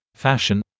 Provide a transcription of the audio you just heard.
fashion